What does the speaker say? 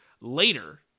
later